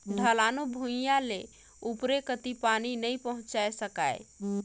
ढलानू भुइयां ले उपरे कति पानी नइ पहुचाये सकाय